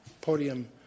podium